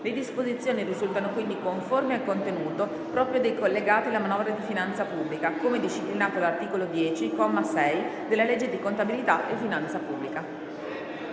Le disposizioni risultano quindi conformi al contenuto proprio dei collegati alla manovra di finanza pubblica, come disciplinato dall'articolo 10, comma 6, della legge di contabilità e finanza pubblica.